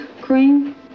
cream